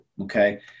Okay